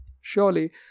Surely